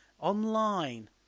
online